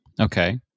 Okay